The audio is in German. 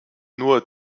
nur